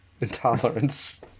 intolerance